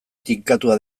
tinkatua